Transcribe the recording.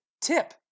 tip